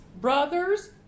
brothers